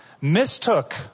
mistook